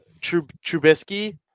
Trubisky